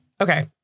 okay